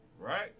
Right